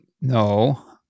No